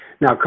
Now